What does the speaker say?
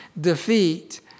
defeat